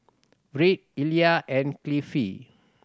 Wirt Illya and Cliffie